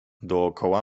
dookoła